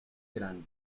grande